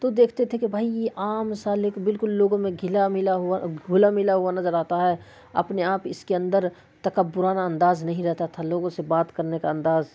تو دیکھتے تھے کہ بھئی یہ عام سا لیکن بالکل لوگوں میں گھلا ملا ہوا گھلا ملا ہوا نظر آتا ہے اپنے آپ اس کے اندر تکبرانہ انداز نہیں رہتا تھا لوگوں سے بات کرنے کا انداز